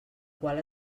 qual